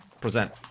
present